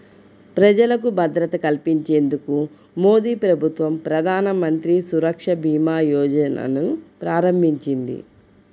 ప్రజలకు భద్రత కల్పించేందుకు మోదీప్రభుత్వం ప్రధానమంత్రి సురక్షభీమాయోజనను ప్రారంభించింది